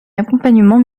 accompagnement